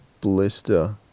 blister